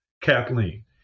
Kathleen